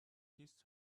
kissed